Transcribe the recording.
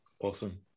Awesome